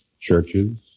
churches